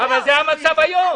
אבל זה המצב היום.